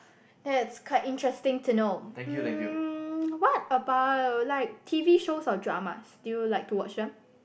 that's quite interesting to know um what about like T_V shows or dramas do you like to watch them